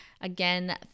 Again